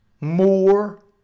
more